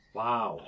wow